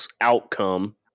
outcome